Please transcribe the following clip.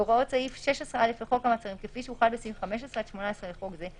והוראות סעיף 16א לחוק המעצרים כפי שהוחל בסעיפים 15 עד 18 לחוק זה,